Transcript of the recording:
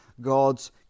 God's